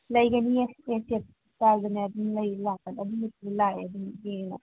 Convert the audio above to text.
ꯂꯩꯒꯅꯤꯌꯦ ꯁꯦꯠ ꯁꯦꯠ ꯑꯗꯨꯝꯕꯁꯨ ꯂꯥꯛꯑꯦ ꯑꯗꯨꯝ ꯌꯦꯡꯉꯣ